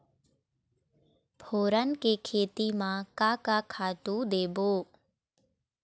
फोरन के खेती म का का खातू देबो?